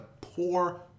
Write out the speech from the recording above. poor